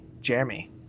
Jeremy